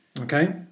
Okay